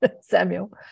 Samuel